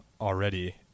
already